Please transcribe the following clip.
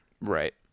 Right